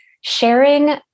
sharing